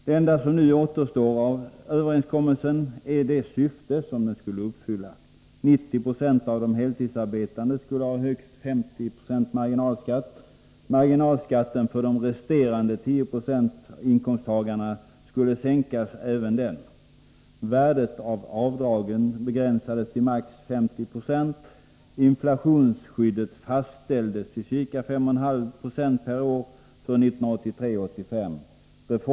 Det enda som nu återstår av skatteöverenskommelsen är det syfte som den skulle uppfylla: 90 26 av de heltidsarbetande skulle ha högst 50 96 marginalskatt, marginalskatten för resterande 10 26 inkomsttagare skulle sänkas även den, värdet av avdragen begränsades till max 50 96, inflationsskyddet fastställdes till ca 5,5 96 per år för 1983-1985.